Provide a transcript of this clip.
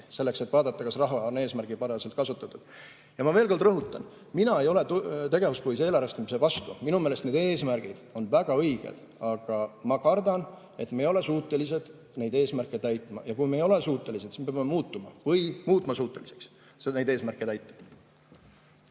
selleks, et vaadata, kas raha on eesmärgipäraselt kasutatud. Ma veel kord rõhutan: mina ei ole tegevuspõhise eelarvestamise vastu. Minu meelest need eesmärgid on väga õiged, aga ma kardan, et me ei ole suutelised neid eesmärke täitma ja kui me ei ole suutelised, siis peab muutma eesmärke või muutuma suuteliseks, et neid eesmärke täita.